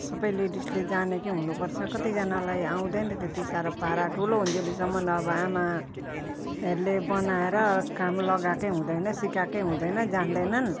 सबै लेडिसले जानेकै हुनुपर्छ कतिजनालाई आउँदैन त्यति साह्रो पारा ठुलो हुइन्जेलसम्म अब आमाहरूले बनाएर काम लगाएकै हुँदैन सिकाएकै हुँदैन जान्दैनन्